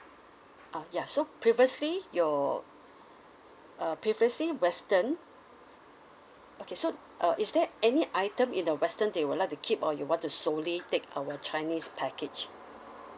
ah ya so previously your uh previously western okay so uh is there any item in the western that you would like to keep or you want to solely take our chinese package